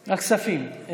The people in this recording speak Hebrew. הכספים.